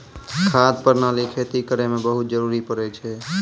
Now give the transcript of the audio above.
खाद प्रणाली खेती करै म बहुत जरुरी पड़ै छै